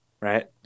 Right